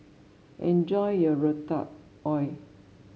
enjoy your Ratatouille